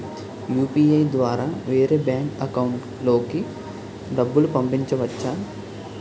UPI ద్వారా వేరే bank account లోకి డబ్బులు పంపించవచ్చా?